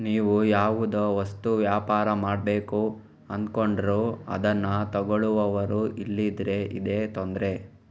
ನೀವು ಯಾವುದೋ ವಸ್ತು ವ್ಯಾಪಾರ ಮಾಡ್ಬೇಕು ಅಂದ್ಕೊಂಡ್ರು ಅದ್ನ ತಗೊಳ್ಳುವವರು ಇಲ್ದಿದ್ರೆ ಇದೇ ತೊಂದ್ರೆ